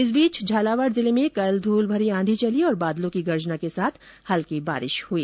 इस बीच झालावाड़ जिले में कल धूलभरी आंधी चली और बादलों की गर्जना के साथ हल्की बारिश हुई